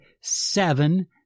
seven